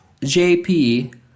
JP